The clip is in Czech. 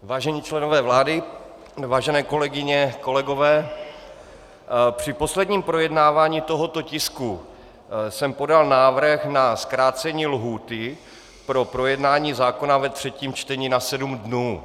Vážení členové vlády, vážené kolegyně, kolegové, při posledním projednávání tohoto tisku jsem podal návrh na zkrácení lhůty pro projednání zákona ve třetím čtení na sedm dnů.